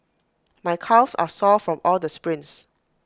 my calves are sore from all the sprints